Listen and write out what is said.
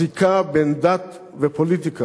הזיקה בין דת ופוליטיקה,